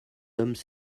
hommes